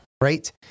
Right